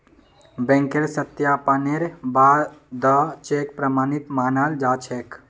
बैंकेर सत्यापनेर बा द चेक प्रमाणित मानाल जा छेक